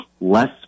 Less